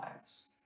lives